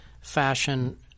fashion